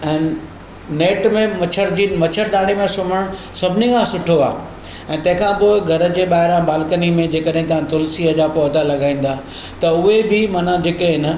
ऐं नेट में मछरु जी मछरदानी में सुम्हणु सभिनी खां सुठो आहे ऐं तंहिं खां पोइ घर जे ॿाहिरां बाल्कनी में जेकॾहिं तव्हां तुलसीअ जा पौधा लॻाईंदा त उहे बि माना जेके आहे न